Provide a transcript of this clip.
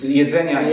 jedzenia